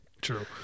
true